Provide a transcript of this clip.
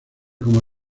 como